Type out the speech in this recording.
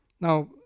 now